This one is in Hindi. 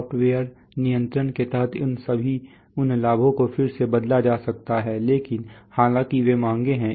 सॉफ्टवेयर नियंत्रण के तहत उन लाभों को फिर से बदला जा सकता है लेकिन हालांकि वे महंगे हैं